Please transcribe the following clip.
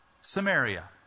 Samaria